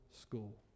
school